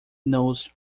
knows